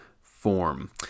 form